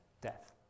death